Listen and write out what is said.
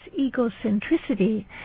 egocentricity